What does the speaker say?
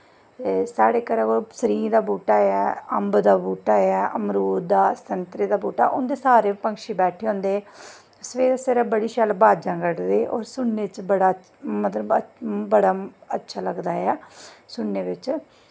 साढ़े घरे कोल सरी दा बूह्टा ऐ अम्ब दा बूह्टा ऐ अमरूद दा संतरे दा उं'दे सारें पर पंक्षी बैठे दे होंदे सवेरै सवेरै बड़ी शैल अवाजां कड्डदे होर सुनने च मतलब बड़ा अच्छा लगदा ऐ सुनने बिच्च